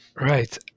Right